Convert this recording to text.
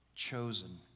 chosen